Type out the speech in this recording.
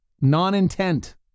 non-intent